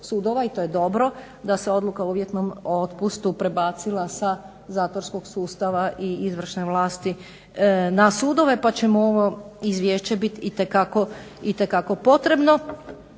i to je dobro, da se odluka o uvjetnom otpustu prebacila sa zatvorskog sustava i izvršne vlasti na sudove pa će ovo izvješće biti itekako potrebno.